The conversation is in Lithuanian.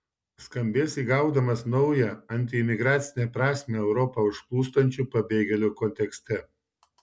skambės įgaudamas naują antiimigracinę prasmę europą užplūstančių pabėgėlių kontekste